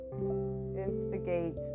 instigate